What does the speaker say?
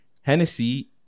Hennessy